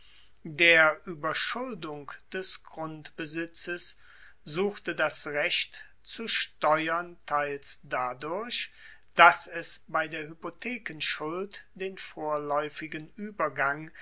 der ueberschuldung des grundbesitzes suchte das recht zu steuern teils dadurch dass es bei der hypothekenschuld den vorlaeufigen uebergang